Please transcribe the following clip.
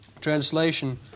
Translation